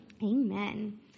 Amen